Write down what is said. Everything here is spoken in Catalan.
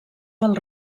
pel